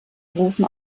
großen